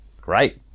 Great